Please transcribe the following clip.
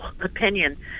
opinion